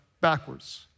backwards